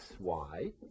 xy